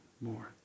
more